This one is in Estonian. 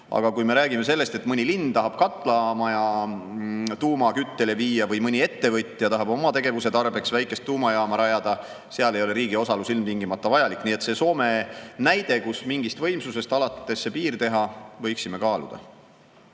Aga kui me räägime sellest, et mõni linn tahab katlamaja tuumaküttele viia või mõni ettevõtja tahab oma tegevuse tarbeks väikest tuumajaama rajada, seal ei ole riigi osalus ilmtingimata vajalik. Nii et seda Soome näidet, kus mingist võimsusest alates see piir tehakse, võiksime kaaluda. Veidi